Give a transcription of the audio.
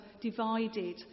divided